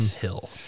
Hill